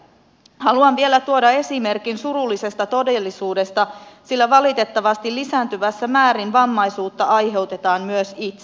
haluan vielä tuoda esimerkin surullisesta todellisuudesta sillä valitettavasti lisääntyvässä määrin vammaisuutta aiheutetaan myös itse